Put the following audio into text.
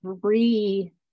three